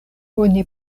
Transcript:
oni